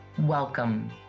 Welcome